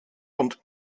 und